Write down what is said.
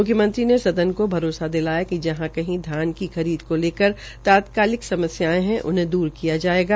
मुख्यमंत्री ने सदन को भरोसा दिलाया कि जहां कही धान की खरीद को लेकर तात्कालिक समस्यायें है उन्हें दूर किया जायेगा